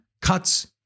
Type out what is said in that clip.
cuts